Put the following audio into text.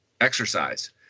exercise